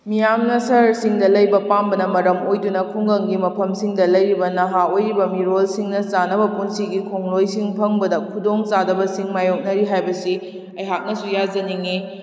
ꯃꯤꯌꯥꯝꯅ ꯁꯍꯔꯁꯤꯡꯗ ꯂꯩꯕ ꯄꯥꯝꯕꯅ ꯃꯔꯝ ꯑꯣꯏꯗꯨꯅ ꯈꯨꯡꯒꯪꯒꯤ ꯃꯐꯝꯁꯤꯡꯗ ꯂꯩꯔꯤꯕ ꯅꯍꯥ ꯑꯣꯏꯔꯤꯕ ꯃꯤꯔꯣꯜꯁꯤꯡꯅ ꯆꯥꯟꯅꯕ ꯄꯨꯟꯁꯤꯒꯤ ꯈꯣꯡꯂꯣꯏꯁꯤꯡ ꯐꯪꯕꯗ ꯈꯨꯗꯣꯡ ꯆꯥꯗꯕꯁꯤꯡ ꯃꯥꯏꯌꯣꯛꯅꯔꯤ ꯍꯥꯏꯕꯁꯤ ꯑꯩꯍꯥꯛꯅꯁꯨ ꯌꯥꯖꯅꯤꯡꯏ